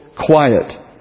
quiet